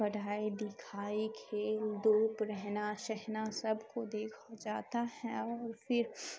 پڑھائی لکھائی کھیل دھوپ رہنا سہنا سب کو دیکھا جاتا ہے اور پھر